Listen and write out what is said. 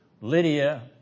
Lydia